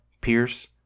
Pierce